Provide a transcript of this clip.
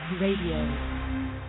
Radio